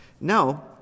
No